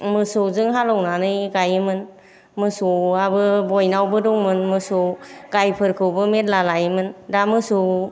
मोसौजों हालौनानै गायोमोन मोसौयाबो बयनावबो दंमोन मोसौ गाइफोरखौबो मेरला लायोमोन दा मोसौ